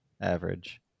average